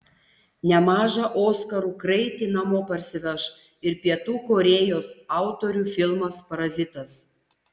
nemažą oskarų kraitį namo parsiveš ir pietų korėjos autorių filmas parazitas